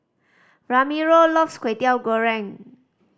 Ramiro loves Kwetiau Goreng